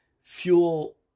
fuel